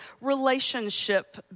relationship